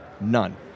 None